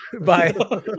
Bye